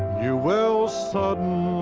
you will suddenly